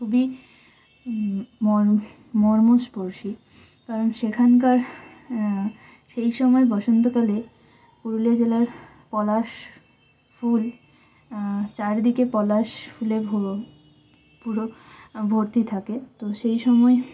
খুবই মন মর্মস্পর্শী কারণ সেখানকার সেই সময় বসন্তকালে পুরুলিয়া জেলার পলাশ ফুল চার দিকে পলাশ ফুলেরগুলো পুরো ভর্তি থাকে তো সেই সময়